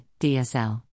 DSL